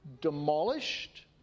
demolished